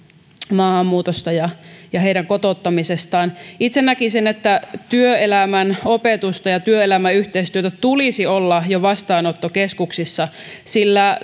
maahanmuutosta ja ja heidän kotouttamisestaan itse näkisin että työelämän opetusta ja työelämäyhteistyötä tulisi olla jo vastaanottokeskuksissa sillä